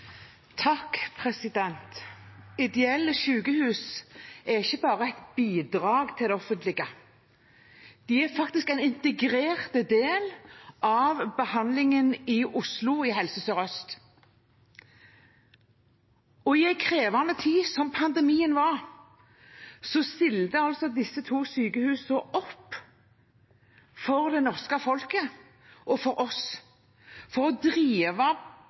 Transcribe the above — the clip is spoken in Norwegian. faktisk en integrert del av behandlingen i Oslo og i Helse Sør-Øst. I den krevende tiden som pandemien var, stilte disse to sykehusene opp for det norske folket og for oss, for å drive